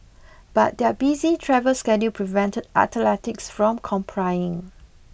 but their busy travel schedule prevented athletics from complying